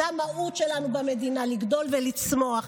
זו המהות שלנו במדינה, לגדול ולצמוח.